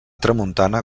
tramuntana